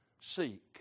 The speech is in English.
Seek